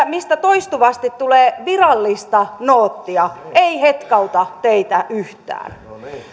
mistä toistuvasti tulee virallista noottia ei hetkauta teitä yhtään